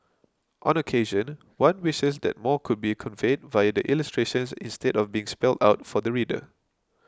on occasion one wishes that more could be conveyed via the illustrations instead of being spelt out for the reader